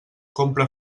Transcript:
compra